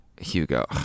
Hugo